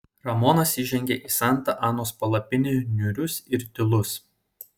ramonas įžengė į santa anos palapinę niūrus ir tylus